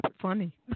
funny